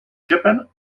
japan